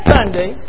Sunday